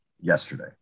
yesterday